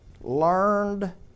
learned